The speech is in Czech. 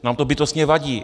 nám to bytostně vadí.